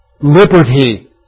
liberty